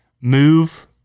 move